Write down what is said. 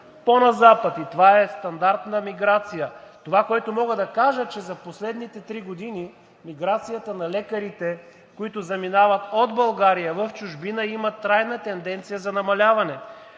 пó на запад и това е стандартна миграция. Това, което мога да кажа, че за последните три години миграцията на лекарите, които заминават от България в чужбина, има трайна тенденция за намаляване.